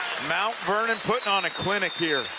mount vernon putting on a clinic here.